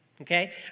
okay